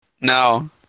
No